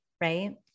right